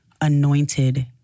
anointed